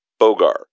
Bogar